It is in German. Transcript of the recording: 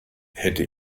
hätte